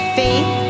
faith